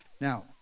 Now